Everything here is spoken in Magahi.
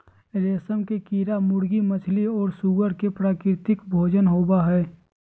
रेशम के कीड़ा मुर्गी, मछली और सूअर के प्राकृतिक भोजन होबा हइ